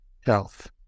health